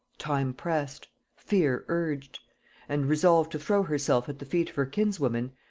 time pressed fear urged and resolved to throw herself at the feet of her kinswoman,